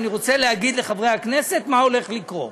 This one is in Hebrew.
אני רוצה להגיד לחברי הכנסת מה הולך לקרות: